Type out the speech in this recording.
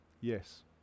Yes